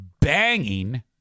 banging